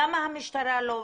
למה המשטרה לא